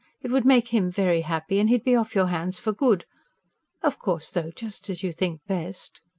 it would make him very happy, and he'd be off your hands for good of course, though, just as you think best.